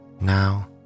Now